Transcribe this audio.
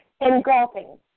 engulfing